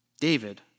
David